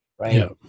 right